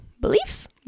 Beliefs